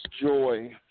Joy